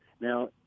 Now